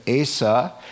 Asa